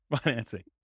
financing